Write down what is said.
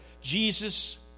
Jesus